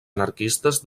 anarquistes